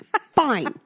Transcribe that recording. Fine